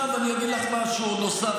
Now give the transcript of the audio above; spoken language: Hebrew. עכשיו אני אגיד לך משהו נוסף,